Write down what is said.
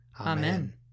Amen